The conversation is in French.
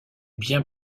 bien